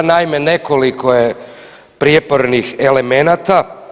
Naime, nekoliko je prijepornih elemenata.